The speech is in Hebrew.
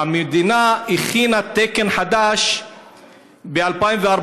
המדינה הכינה תקן חדש ב-2014,